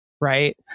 Right